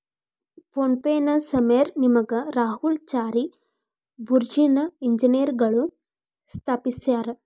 phone ಪೆನ ಸಮೇರ್ ನಿಗಮ್ ರಾಹುಲ್ ಚಾರಿ ಬುರ್ಜಿನ್ ಇಂಜಿನಿಯರ್ಗಳು ಸ್ಥಾಪಿಸ್ಯರಾ